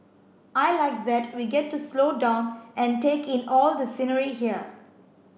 I like that we get to slow down and take in all the scenery here